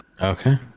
Okay